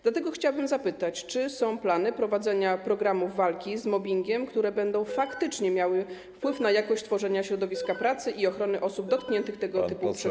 Dlatego chciałabym zapytać, czy są plany prowadzenia programów walki z mobbingiem, które będą faktycznie miały wpływ na jakość tworzenia środowiska pracy i ochronę osób dotkniętych tego typu przemocą.